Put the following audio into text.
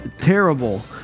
terrible